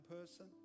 person